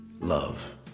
love